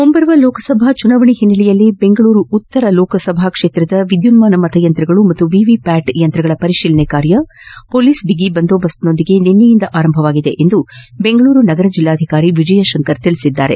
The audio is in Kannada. ಮುಂಬರುವ ಲೋಕಸಭಾ ಚುನಾವಣಾ ಹಿಸ್ನೆಲೆಯಲ್ಲಿ ಬೆಂಗಳೂರು ಉತ್ತರ ಲೋಕಸಭಾ ಕ್ಷೇತ್ರದ ವಿದ್ಯುನ್ನಾನ ಮತಯಂತ್ರ ಮತ್ತು ವಿವಿಪ್ಟಾಟ್ ಯಂತ್ರಗಳ ಪರಿಶೀಲನಾ ಕಾರ್ಯ ಪೊಲೀಸ್ ಬಿಗಿಬಂದೋಬಸ್ತ್ರೊಂದಿಗೆ ನಿನ್ನೆಯಿಂದ ಆರಂಭಗೊಂಡಿದೆ ಎಂದು ಬೆಂಗಳೂರು ಸಗರ ಜೆಲ್ಲಾಧಿಕಾರಿ ವಿಜಯಶಂಕರ್ ತಿಳಿಸಿದ್ದಾರೆ